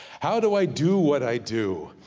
how do i do what i do.